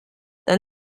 then